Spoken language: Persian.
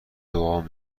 دعا